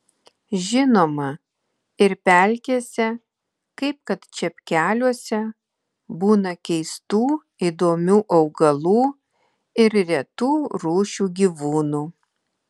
žinoma ir pelkėse kaip kad čepkeliuose būna keistų įdomių augalų ir retų rūšių gyvūnų